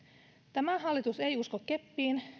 tämä hallitus ei usko keppiin